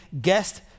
guest